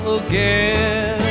again